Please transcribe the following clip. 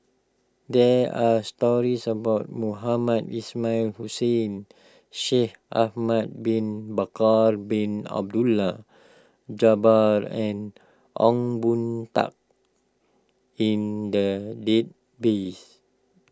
there are stories about Mohamed Ismail Hussain Shaikh Ahmad Bin Bakar Bin Abdullah Jabbar and Ong Boon Tat in the database